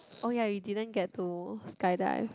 oh ya you didn't get to skydive